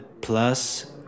plus